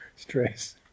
stress